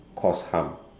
cause harm